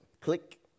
click